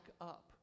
up